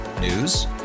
News